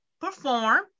perform